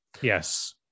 yes